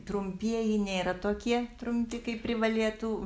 trumpieji nėra tokie trumpi kaip privalėtų